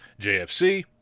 JFC